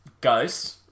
ghost